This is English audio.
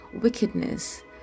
wickedness